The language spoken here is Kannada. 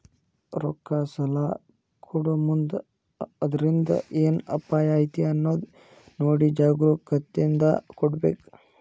ರೊಕ್ಕಾ ಸಲಾ ಕೊಡೊಮುಂದ್ ಅದ್ರಿಂದ್ ಏನ್ ಅಪಾಯಾ ಐತಿ ಅನ್ನೊದ್ ನೊಡಿ ಜಾಗ್ರೂಕತೇಂದಾ ಕೊಡ್ಬೇಕ್